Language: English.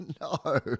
No